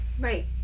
Right